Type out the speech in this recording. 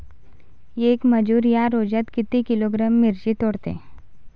येक मजूर या रोजात किती किलोग्रॅम मिरची तोडते?